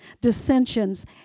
dissensions